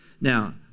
Now